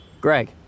Greg